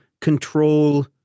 control